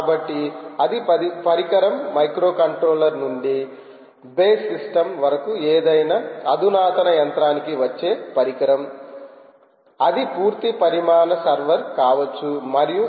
కాబట్టి అది పరికరం మైక్రోకంట్రోలర్ నుండి బేస్ సిస్టమ్ వరకు ఏదైనా అధునాతన యంత్రానికి వచ్చే పరికరం అది పూర్తి పరిమాణ సర్వర్ కావచ్చు మరియు